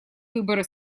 выборы